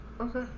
Okay